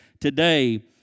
today